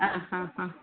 ആ ഹാ ഹാ